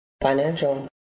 financial